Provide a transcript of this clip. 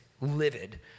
livid